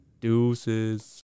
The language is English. Deuces